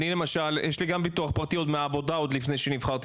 לי למשל יש ביטוח פרטי מהעבודה עוד לפני שנבחרתי